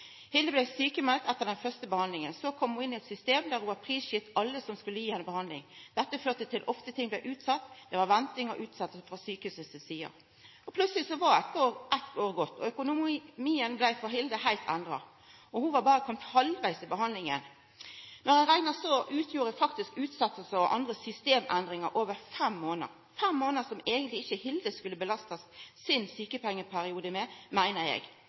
Hilde blei sjukmeld etter den første behandlinga. Så kom ho inn i eit system der ho var prisgitt alle som skulle gi ho behandling. Dette førte ofte til at ting blei utsette – det var venting og utsetjingar frå sjukehusets side. Plutseleg var eitt år gått, og økonomien blei for Hilde heilt endra. Og ho var berre komen halvvegs i behandlinga. Når ein reknar på det, utgjorde utsetjingar og andre systemendringar over fem månader – fem månader som eigentleg ikkje skulle belasta Hildes sjukepengeperiode, meiner eg.